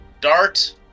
Dart